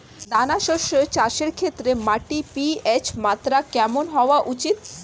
দানা শস্য চাষের ক্ষেত্রে মাটির পি.এইচ মাত্রা কেমন হওয়া উচিৎ?